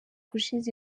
ushize